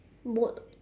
boat